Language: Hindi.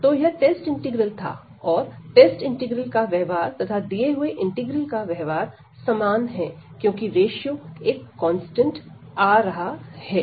तो यह टेस्ट इंटीग्रल था और टेस्ट इंटीग्रल का व्यवहार तथा दिए हुए इंटीग्रल का व्यवहार समान है क्योंकि रेश्यो एक कांस्टेंट आ रहा है